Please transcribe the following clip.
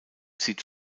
zieht